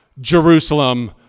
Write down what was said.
Jerusalem